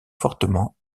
fortement